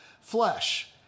flesh